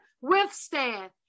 withstand